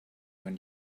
when